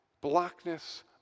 blackness